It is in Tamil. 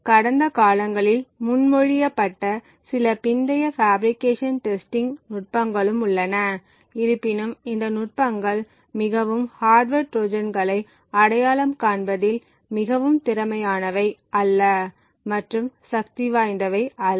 கடந்த காலங்களில் முன்மொழியப்பட்ட சில பிந்தைய பாஃபிரிகேஷன் டெஸ்டிங் நுட்பங்களும் உள்ளன இருப்பினும் இந்த நுட்பங்கள் மிகவும் ஹார்ட்வர் ட்ரோஜான்களை அடையாளம் காண்பதில் மிகவும் திறமையானவை அல்ல மற்றும் சக்திவாய்ந்தவை அல்ல